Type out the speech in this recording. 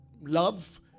love